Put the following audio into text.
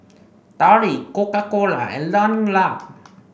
Darlie Coca Cola and Learning Lab